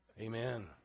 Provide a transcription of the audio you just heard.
Amen